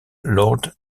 lord